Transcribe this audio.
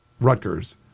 Rutgers